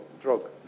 drug